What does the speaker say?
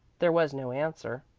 there was no answer,